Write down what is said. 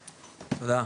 תודה.